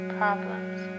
problems